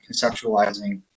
conceptualizing